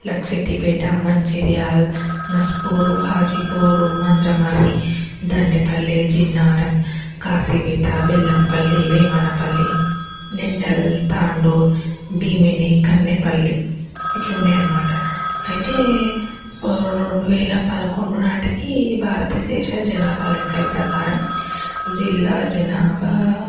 లక్సటిపేట మంచిర్యాల నస్పూర్ హాజీపూరు మంధ్రమర్రి దండేపల్లి జిన్నారం కాసిపేట బెల్లంపల్లి వేమనపల్లి నిన్నల్ తాండూరు భీమిని కన్యపల్లి ఇట్లా ఉన్నాయి అన్నమాట అయితే రెండు వేల పదకొండు నాటికి భారత దేశ జనాభా లెక్కల ప్రకారం జిల్లా జనాభా